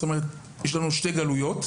משמעות הפסוק הזה היא שיש לנו שתי גלויות.